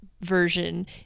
version